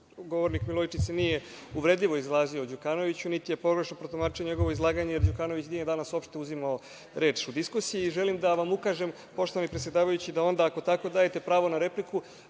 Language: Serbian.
Govornik Milojičić se nije uvredljivo izrazio o Đukanoviću, niti je pogrešno protumačio njegovo izlaganje, jer Đukanović nije danas uopšte uzimao reč u diskusiji. Želim da vam ukažem, poštovani predsedavajući, da onda ako tako dajete pravo na repliku,